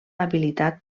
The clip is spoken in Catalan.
habilitat